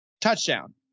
Touchdown